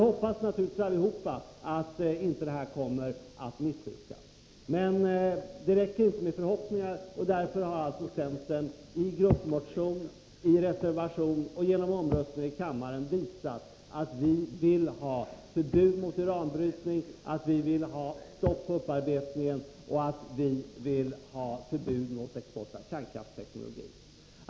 Vi hoppas naturligtvis också att det här inte kommer att missbrukas. Det räcker inte med förhoppningar, och därför har alltså centern i gruppmotionen, reservationen och genom omröstning här i kammaren visat att vi vill ha förbud mot uranbrytning, stopp på upparbetningen och förbud mot export av kärnkraftsteknologi.